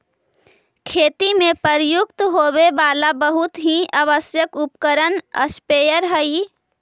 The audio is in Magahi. खेती में प्रयुक्त होवे वाला बहुत ही आवश्यक उपकरण स्प्रेयर हई